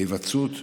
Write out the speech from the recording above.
בהיוועצות מקוונת.